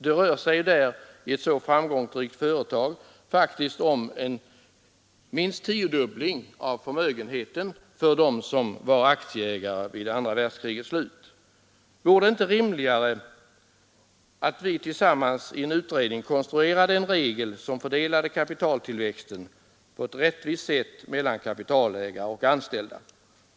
Det rör sig i ett så framgångsrikt företag faktiskt om minst tiodubbling av förmögenheten för dem som var aktieägare vid andra världskrigets slut. Vore det inte rimligare att vi tillsammans i en utredning konstruerade en regel som fördelade kapitaltillväxten på ett rättvist sätt mellan kapitalägare och anställda?